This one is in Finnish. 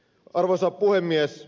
arvoisa puhemies